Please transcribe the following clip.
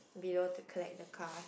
below to collect the cars